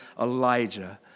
Elijah